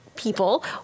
people